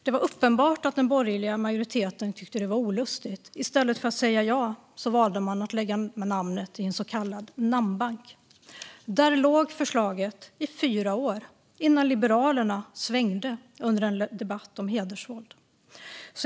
Det var uppenbart att den borgerliga majoriteten tyckte att detta var olustigt. I stället för att säga ja valde man att lägga namnet i en så kallad namnbank. Där låg förslaget i fyra år innan Liberalerna svängde under en debatt om hedersvåld.